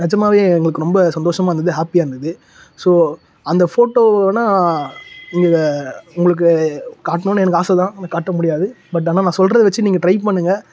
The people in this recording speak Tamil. நிஜமாவே எங்களுக்கு ரொம்ப சந்தோஷமா இருந்தது ஹாப்பியா இருந்துது ஸோ அந்த ஃபோட்டோ வேணால் நீங்கள் உங்களுக்கு காட்ணுன் எனக்கு ஆசை தான் ஆனால் காட்ட முடியாது பட் ஆனால் நான் சொல்கிறத வெச்சு நீங்கள் ட்ரை பண்ணுங்கள்